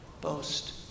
Boast